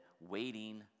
waiting